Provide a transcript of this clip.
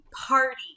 party